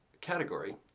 category